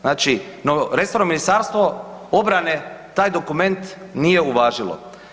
Znači resorno Ministarstvo obrane taj dokument nije uvažilo.